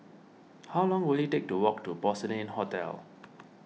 how long will it take to walk to Porcelain Hotel